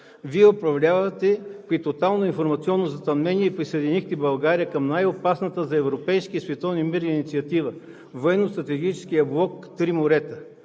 Вие управлявате при тотално информационно затъмнение и присъединихте България към най-опасната за европейския и световен мир инициатива – военно-стратегическия блок „Три морета“.